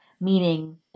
meaning